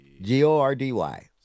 G-O-R-D-Y